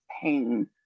pain